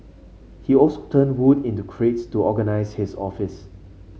he turned hood into crates to organise his office